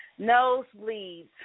nosebleeds